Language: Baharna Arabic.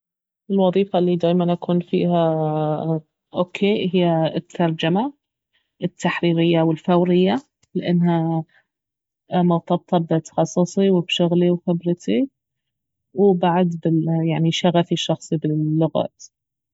الوظيفة الي دايما أكون فيها اوكي اهي الترجمة التحريرية والفورية لانها مرتبطة بتخصصي وبشغلي وخبرتي ويعني بشغفي الشخصي باللغات